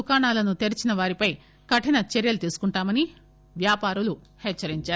దుకాణాలను తెరిచిన వారిపై కఠిన చర్యలు తీసుకుంటామని వ్యాపారులు తెలిపారు